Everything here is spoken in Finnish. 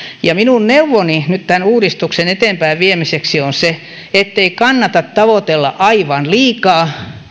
ja minun neuvoni nyt tämän uudistuksen eteenpäinviemiseksi on se ettei kannata tavoitella aivan liikaa